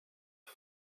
itd